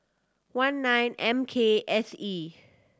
one nine M K S E